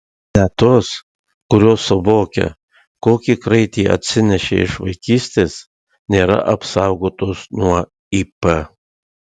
net tos kurios suvokia kokį kraitį atsinešė iš vaikystės nėra apsaugotos nuo ip